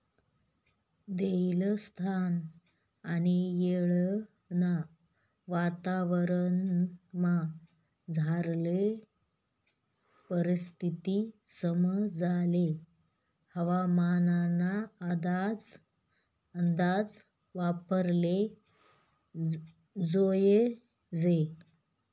देयेल स्थान आणि येळना वातावरणमझारली परिस्थिती समजाले हवामानना अंदाज वापराले जोयजे